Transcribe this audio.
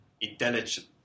intelligence